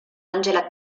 angela